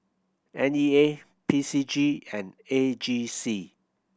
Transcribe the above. N E A P C G and A G C